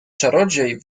czarodziej